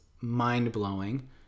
mind-blowing